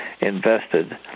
invested